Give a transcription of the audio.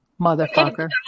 Motherfucker